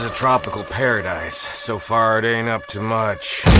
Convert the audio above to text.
ah tropical paradise, so far it ain't up to much.